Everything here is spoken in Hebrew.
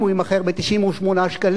אם הוא יימכר ב-98 שקלים,